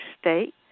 State